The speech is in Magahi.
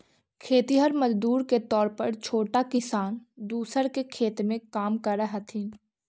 खेतिहर मजदूर के तौर पर छोटा किसान दूसर के खेत में काम करऽ हथिन